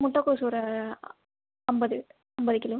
முட்டக்கோஸ் ஒரு ஐம்பது ஐம்பது கிலோ